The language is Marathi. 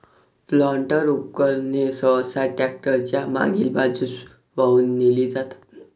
प्लांटर उपकरणे सहसा ट्रॅक्टर च्या मागील बाजूस वाहून नेली जातात